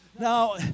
Now